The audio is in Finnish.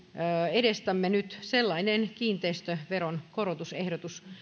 edestämme nyt sellainen kiinteistöveron korotusehdotus